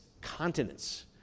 continents